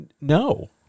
no